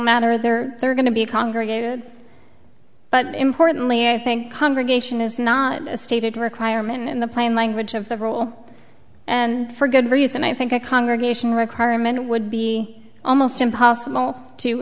matter there are going to be congregated but importantly i think congregation is not stated requirement in the plain language of the rule and for good reason i think a congregation requirement would be almost impossible to